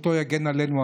זכותו יגן עלינו,